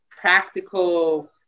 practical